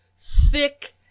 Thick